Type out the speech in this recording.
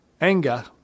anger